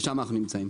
שם אנו נמצאים.